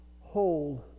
hold